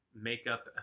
makeup